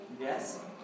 Yes